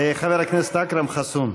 חבר הכנסת אכרם חסון.